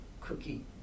cookie